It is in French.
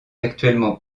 actuellement